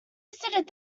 visited